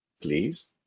please